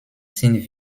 sind